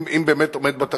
אם באמת זה עומד בתקנות.